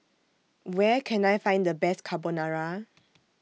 Where Can I Find The Best Carbonara